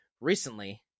recently